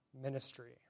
ministry